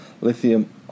Lithium